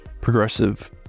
progressive